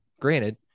Granted